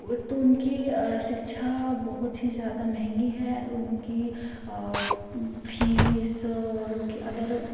वो तो उनकी शिक्षा बहुत ही ज़्यादा महंगी है उनकी फीस और उनकी अदर